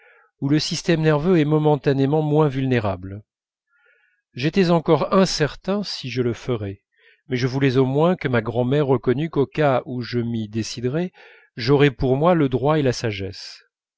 où le système nerveux est momentanément moins vulnérable j'étais encore incertain si je le ferais mais je voulais au moins que ma grand'mère reconnût qu'au cas où je m'y déciderais j'aurais pour moi le droit et la sagesse